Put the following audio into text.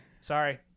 Sorry